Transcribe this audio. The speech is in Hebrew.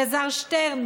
אלעזר שטרן,